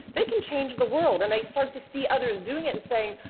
they can change the world. and they start to see others doing it, and saying,